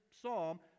psalm